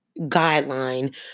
guideline